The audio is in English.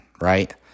right